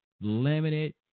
limited